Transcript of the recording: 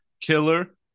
killer